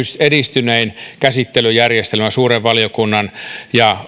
edistynein käsittelyjärjestelmä suuren valiokunnan ulkoasiainvaliokunnan ja